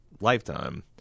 lifetime